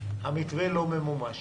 המתווה לא ממומש.